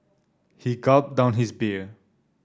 he gulped down his beer